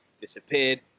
disappeared